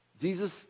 Jesus